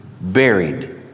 buried